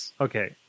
okay